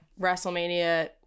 WrestleMania